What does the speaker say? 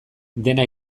dena